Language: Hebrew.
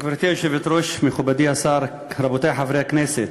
גברתי היושבת-ראש, מכובדי השר, רבותי חברי הכנסת,